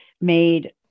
made